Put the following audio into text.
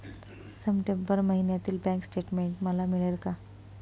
September महिन्यातील bank statement मला मिळेल का?